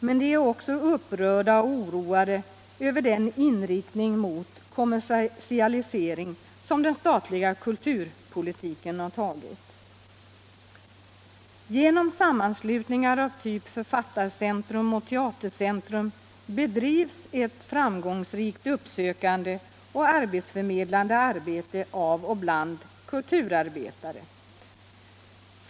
Men de är också upprörda och oroade över den inriktning mot kommersialisering som den statliga kulturpoliliken tagit. Genom sammanslutningar av typ Författarcentrum och Teatercentrum bedriver man ctt framgångsrikt arbetssökande och arbetsförmedlande arbete av och bland kulturarbetare.